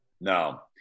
no